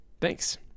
Thanks